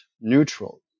neutral